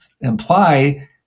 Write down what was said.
imply